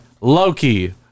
loki